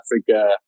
Africa